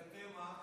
ותה מה?